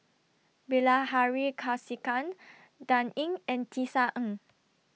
Bilahari Kausikan Dan Ying and Tisa Ng